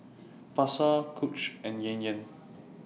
Pasar Coach and Yan Yan